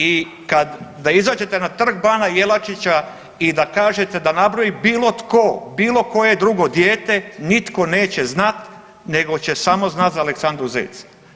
I kad, da izađete na Trg bana Jelačića i da kažete da nabroji bilo tko bilo koje drugo dijete nitko neće znat nego će samo znat za Aleksandru Zec.